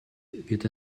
wird